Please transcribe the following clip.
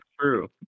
true